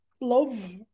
love